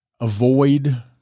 avoid